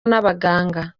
n’abaganga